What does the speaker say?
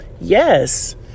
yes